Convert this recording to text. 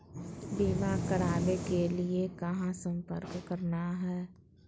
बीमा करावे के लिए कहा संपर्क करना है?